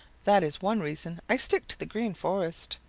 that is one reason i stick to the green forest.